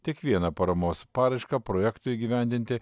tik vieną paramos paraišką projektui įgyvendinti